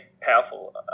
powerful